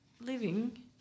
living